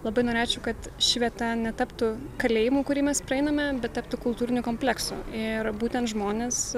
labai norėčiau kad ši vieta netaptų kalėjimu kurį mes praeiname bet tapti kultūriniu kompleksu ir būtent žmonės